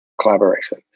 Collaboration